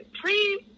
please